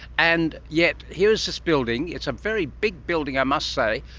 and yet here is this building, it's a very big building i must say,